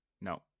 No